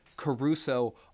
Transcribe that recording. Caruso